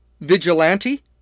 vigilante